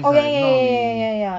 oh ya ya ya ya ya ya ya ya ya